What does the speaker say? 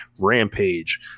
Rampage